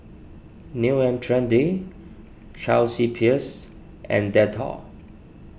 New and Trendy Chelsea Peers and Dettol